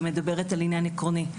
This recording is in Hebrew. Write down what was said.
ומדברת על עניין עקרוני.